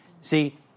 See